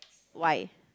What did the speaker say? why